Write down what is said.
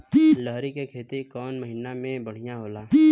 लहरी के खेती कौन महीना में बढ़िया होला?